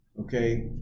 okay